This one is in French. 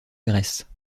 grèce